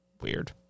weird